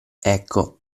ecco